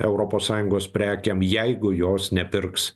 europos sąjungos prekėm jeigu jos nepirks